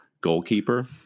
goalkeeper